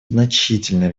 значительное